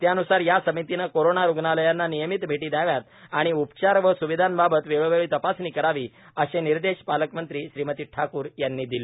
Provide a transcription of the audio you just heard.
त्यान्सार या समितीने कोरोना रुग्णालयांना नियमित भेटी द्याव्यात व उपचार व स्विधांबाबत वेळोवेळी तपासणी करावी असे निर्देश पालकमंत्री श्रीमती ठाकूर यांनी दिले